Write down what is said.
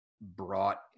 brought